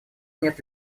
нет